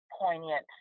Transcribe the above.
poignant